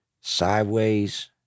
sideways